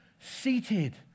seated